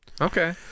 okay